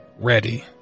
ready